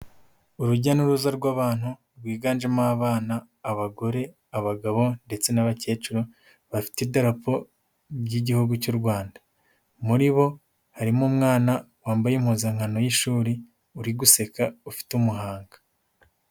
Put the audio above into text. Urujya n'uruza rw'abantu rwiganjemo abana, abagore, abagabo ndetse n'abakecuru bafite idarapo ry'Igihugu cy'u Rwanda, muri bo harimo umwana wambaye impuzankano y'ishuri uri guseka ufite umuhanga.